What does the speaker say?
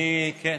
כן.